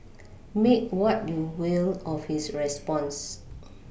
make what you will of his response